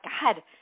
God